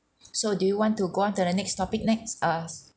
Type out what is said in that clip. so do you want to go on to the next topic next err